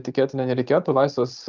tikėtina nereikėtų laisvas